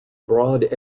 broad